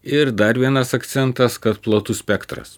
ir dar vienas akcentas kad platus spektras